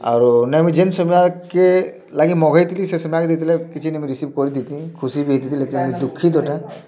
ଆରୁ ନାଇଁ ମୁଇଁ ଯେନ୍ ସମୟର୍କେ ଲାଗି ମଗେଇଥିଲି ସେଇ ସମୟକେ ଦେଇଥିଲେ କିଛି ନାଇଁ ମୁଇଁ ରିସିଭ୍ କରିଦିତିଁ ଖୁସି ବି ହେଇଥିତିଁ ଲେକିନ୍ ଦୁଃଖୀତ୍ ଏଟା